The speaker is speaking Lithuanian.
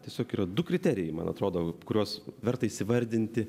tiesiog yra du kriterijai man atrodo kuriuos verta įsivardinti